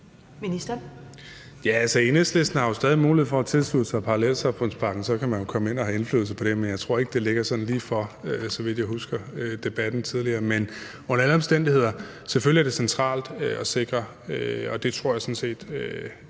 Enhedslisten har jo stadig mulighed for at tilslutte sig parallelsamfundspakken. Så kan man jo komme ind og få indflydelse på den, men jeg tror ikke, det ligger sådan lige for, som jeg husker debatten tidligere. Under alle omstændigheder er det selvfølgelig centralt at sikre det at kunne skabe